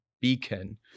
beacon